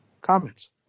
comments